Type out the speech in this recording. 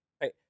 Right